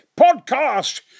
Podcast